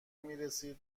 میرسه